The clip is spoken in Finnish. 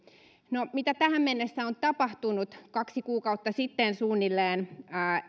se mitä tähän mennessä on tapahtunut on se että suunnilleen kaksi kuukautta sitten